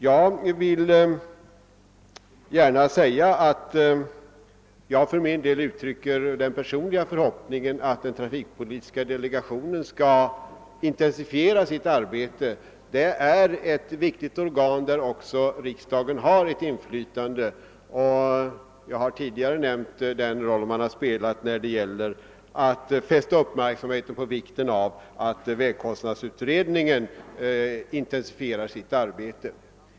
Jag vill gärna uttrycka den personliga förhoppningen att den trafikpolitiska delegationen skall intensifiera sitt arbete. Detta är ett viktigt organ där riksdagen också har ett inflytande. Jag har tidigare nämnt den roll delegationen spelat när det gäller alt fästa uppmärksamheten på vikten av att vägkostnadsutredningen intensifierar sitt arbete.